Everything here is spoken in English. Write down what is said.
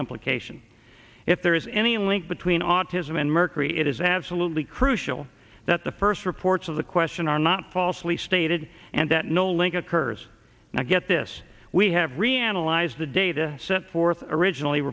implication if there is any link between autism and mercury it is absolutely crucial that the first reports of the question are not falsely stated and that no link occurs now get this we have reanalyzed the data set forth originally